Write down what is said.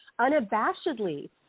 unabashedly